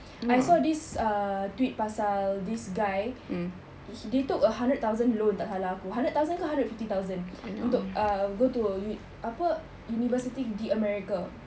I saw this uh tweet pasal this guy they took a hundred thousand loan tak salah aku hundred thousand ke hundred fifty thousand untuk uh go to uni~ apa university di america